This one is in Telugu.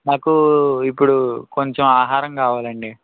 నాకు ఇప్పుడు కొంచెం ఆహారం కావాలండి